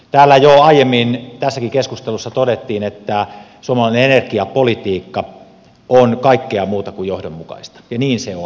täällä jo aiemmin tässäkin keskustelussa todettiin että suomalainen energiapolitiikka on kaikkea muuta kuin johdonmukaista ja niin se on